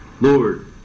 Lord